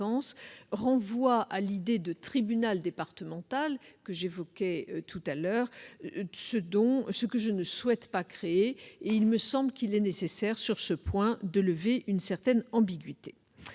renvoie à l'idée de tribunal départemental, que j'évoquais précédemment et que je ne souhaite pas créer. Il me semble nécessaire, sur ce point, de lever une certaine ambiguïté.